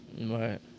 Right